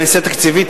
פנסיה תקציבית,